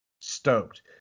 stoked